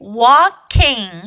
walking